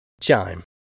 Chime